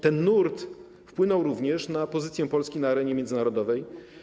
Ten nurt wpłynął również na pozycję Polski na arenie międzynarodowej.